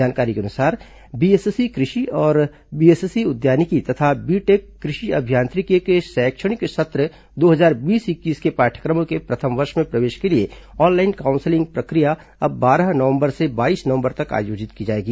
जानकारी के अनुसार बीएससी कृषि और बीएससी उद्यानिकी तथा बीटेक कृषि अभियांत्रिकी के शैक्षणिक सत्र दो हजार बीस इक्कीस के पाठ्यक्रमों के प्रथम वर्ष में प्रवेश के लिए ऑनलाइन काउंसिलिंग प्रक्रिया अब बारह नवंबर से बाईस नवंबर तक आयोजित की जाएगी